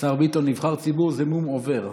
השר ביטון, נבחר ציבור זה מום עובר.